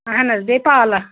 اَہن حظ بیٚیہِ پالک